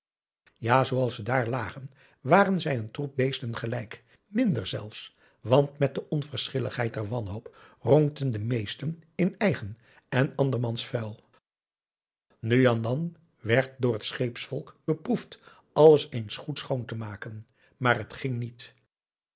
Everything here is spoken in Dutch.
ja zooals ze daar lagen waren zij een troep beesten gelijk minder zelfs want met de onverschilligheid der wanhoop ronkten de meesten in eigen en andermans vuil nu en dan werd door het scheepsvolk beproefd alles eens goed schoon te maken maar het ging niet